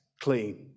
clean